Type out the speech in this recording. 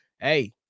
hey